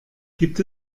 gibt